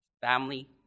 Family